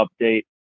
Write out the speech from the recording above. update